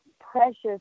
precious